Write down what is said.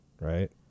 right